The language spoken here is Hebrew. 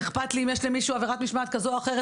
איכפת לי אם יש למישהו עבירת משמעת כזאת או אחרת